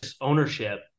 ownership